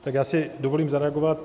Tak já si dovolím zareagovat.